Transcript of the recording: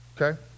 Okay